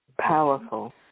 Powerful